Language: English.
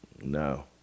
no